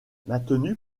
maintenu